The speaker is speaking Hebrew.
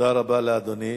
תודה רבה לאדוני.